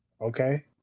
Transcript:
okay